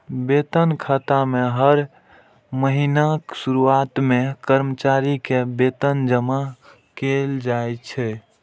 वेतन खाता मे हर महीनाक शुरुआत मे कर्मचारी के वेतन जमा कैल जाइ छै